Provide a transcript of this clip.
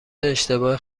اشتباه